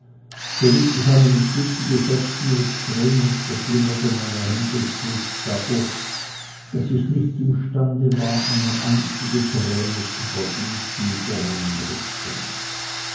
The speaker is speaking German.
am entgegengesetzten extrem und verschlimmerte meine händel stets dadurch daß ich nicht imstande war eine einzige träne zu vergießen vor meinen richtern